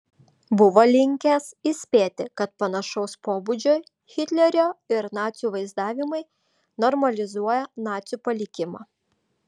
buvo linkęs įspėti kad panašaus pobūdžio hitlerio ir nacių vaizdavimai normalizuoja nacių palikimą